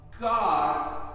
God